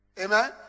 Amen